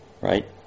right